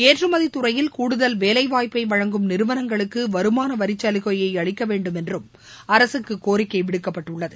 ஏற்றுமதி துறையில் கூடுதல் வேலைவாய்ப்பை வழங்கும் நிறுவனங்களுக்கு வருமான வரிச்சலுகையை அளிக்க வேண்டும் என்றும் அரசுக்கு கோரிக்கை விடுக்கப்பட்டுள்ளது